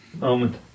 moment